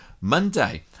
Monday